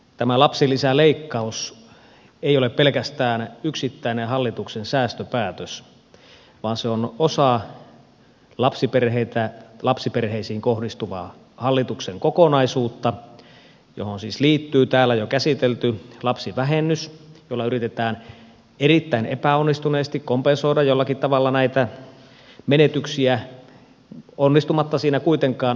tämä lapsilisäleikkaus ei ole pelkästään yksittäinen hallituksen säästöpäätös vaan se on osa lapsiperheisiin kohdistuvaa hallituksen kokonaisuutta johon siis liittyy täällä jo käsitelty lapsivähennys jolla yritetään erittäin epäonnistuneesti kompensoida jollakin tavalla näitä menetyksiä onnistumatta siinä kuitenkaan oikeudenmukaisesti